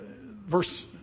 Verse